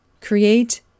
Create